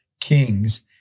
kings